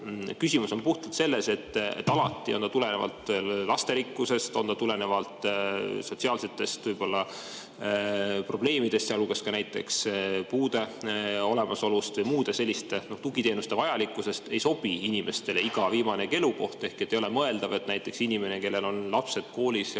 Küsimus on puhtalt selles, et alati – on ta tulenevalt lasterikkusest, on ta tulenevalt sotsiaalsetest probleemidest, sealhulgas näiteks puude olemasolust või muude selliste tugiteenuste vajalikkusest – ei sobi inimestele iga elukoht. Ei ole mõeldav, et näiteks inimene, kellel on lapsed koolis ja